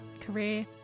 career